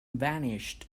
vanished